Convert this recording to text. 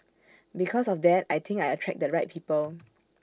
because of that I think I attract the right people